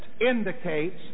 indicates